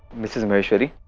mrs. maheshwari.